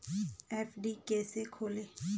FD कैसे खोलें?